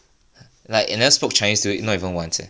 like we never spoke chinese dude not even once eh